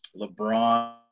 LeBron